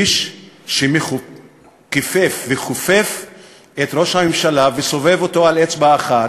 איש שכופף את ראש הממשלה וסובב אותו על אצבע אחת,